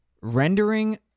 rendering